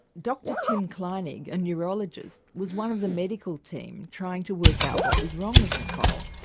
dr tim kleinig, a neurologist, was one of the medical team trying to work out what was wrong with nichole.